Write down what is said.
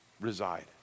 reside